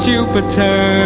Jupiter